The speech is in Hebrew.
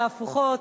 תהפוכות.